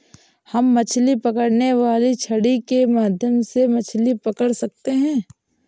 हम मछली पकड़ने वाली छड़ी के माध्यम से मछली पकड़ सकते हैं